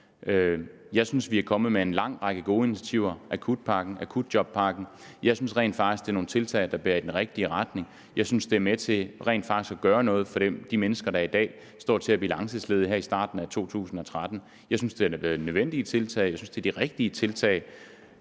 Jeg synes, vi er kommet med en lang række gode initiativer; akutpakken, akutjobpakken. Jeg synes rent faktisk, at det er nogle tiltag, der bærer i den rigtige retning. Jeg synes, at de rent faktisk er med til at gøre noget for de mennesker, der i dag står til at blive langtidsledige her i starten af 2013. Jeg synes, at det har været nødvendige tiltag, jeg synes, at det er de rigtige tiltag.